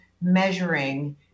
measuring